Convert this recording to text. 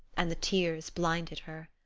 and the tears blinded her.